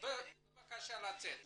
בבקשה לצאת.